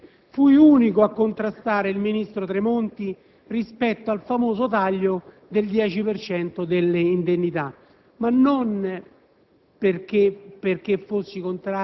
Lo scorso anno, onorevole Presidente, fui unico a contrastare il ministro Tremonti rispetto al famoso taglio del 10 per cento delle indennità, ma non